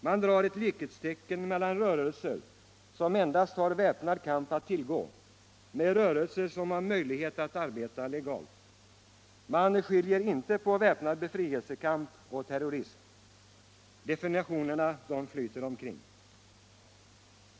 Man sätter ett likhetstecken mellan rörelser som endast har väpnad kamp att tillgå med rörelser som har möjlighet att arbeta legalt. Man skiljer inte på väpnad befrielsekamp och terrorism. Definitionerna flyter omkring.